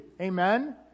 Amen